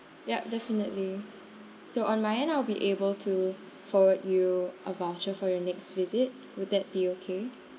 yup definitely so on my end I will be able to forward you a voucher for your next visit will that be okay